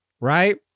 right